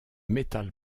metal